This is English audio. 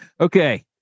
Okay